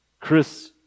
Chris